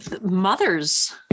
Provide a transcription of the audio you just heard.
Mothers